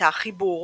הייתה חיבור